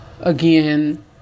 Again